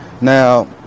Now